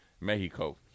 Mexico